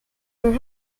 her